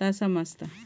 ता समाजता